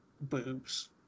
boobs